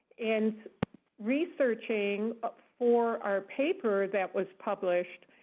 in researching for our paper that was published,